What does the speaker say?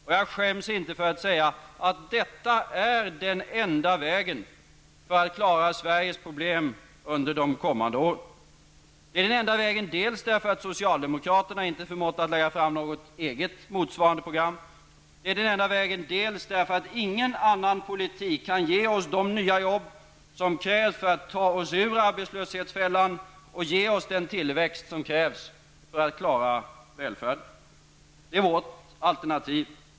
Och jag skäms inte för att säga att detta är den enda vägen för att klara Sveriges problem under de kommande åren. Det är den enda vägen dels därför att socialdemokraterna inte har förmått att lägga fram något motsvarande program, dels därför att ingen annan politik kan ge oss de nya jobb som krävs för att ta oss ur arbetslöshetsfällan och ge oss den tillväxt som krävs för att klara välfärden. Detta är vårt alternativ.